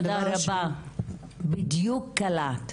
תודה רבה, בדיוק קלעת.